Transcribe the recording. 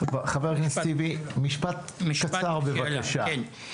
חבר הכנסת טיבי, משפט קצר בבקשה.